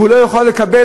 והוא לא יכול לקבל,